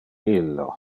illo